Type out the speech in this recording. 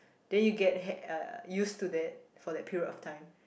then you get uh used to that for that period of time